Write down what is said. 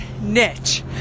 niche